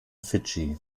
fidschi